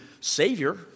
Savior